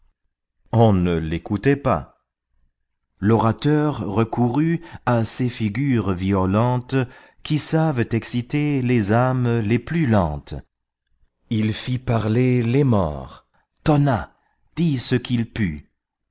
on ne l'écoutait pas l'orateur recourut à ces figures violentes qui savent exciter les âmes les plus lentes il fit parler les morts tonna dit ce qu'il put